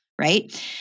Right